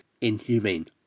inhumane